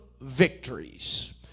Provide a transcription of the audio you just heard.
victories